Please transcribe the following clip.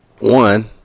One